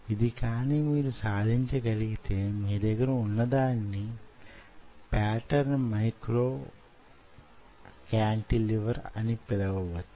ఇది కానీ మీరు సాధించగలిగితే మీ దగ్గర ఉన్నదానిని పేటర్న్ మైక్రో కాంటిలివర్ అని పిలవచ్చు